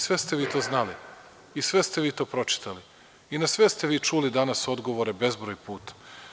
Sve ste vi to znali, i sve ste vi to pročitali i na sve ste vi čuli danas odgovore bezbroj puta.